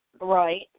Right